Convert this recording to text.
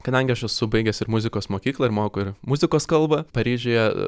kadangi aš esu baigęs ir muzikos mokyklą ir moku ir muzikos kalbą paryžiuje